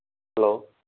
hello